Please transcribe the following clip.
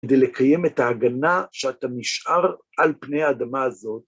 כדי לקיים את ההגנה שאתה נשאר על פני האדמה הזאת.